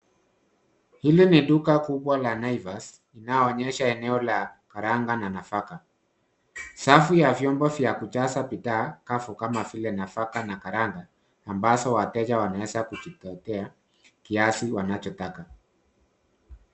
Hili ni duka kubwa la Naivas, linaoonyesha eneo la karanga na nafaka. Safu ya vyombo vya kujaza bidhaa kavu kama vile nafaka na karanga, ambazo wateja wanaweza kujichotea kiasi wanachotaka.